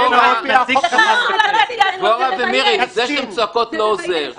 דבורה ומירי, זה שאתן צועקות זה לא עוזר.